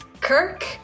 Kirk